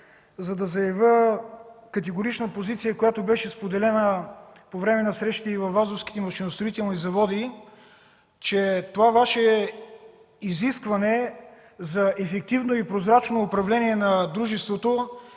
за да заявя категорична позиция, която беше споделена по време на срещите във „Вазовските машиностроителни заводи” – че това Ваше изискване за ефективно и прозрачно управление на дружеството